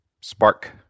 spark